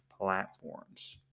platforms